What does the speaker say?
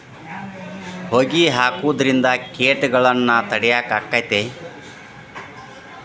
ಹೊಗಿ ಹಾಕುದ್ರಿಂದ ಕೇಟಗೊಳ್ನ ತಡಿಯಾಕ ಆಕ್ಕೆತಿ?